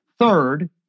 Third